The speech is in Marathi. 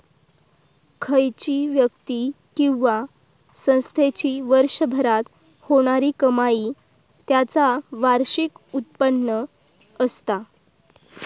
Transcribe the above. खयची व्यक्ती किंवा संस्थेची वर्षभरात होणारी कमाई त्याचा वार्षिक उत्पन्न असता